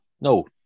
No